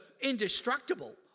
indestructible